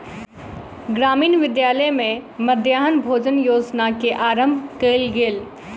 ग्रामीण विद्यालय में मध्याह्न भोजन योजना के आरम्भ कयल गेल